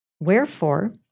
Wherefore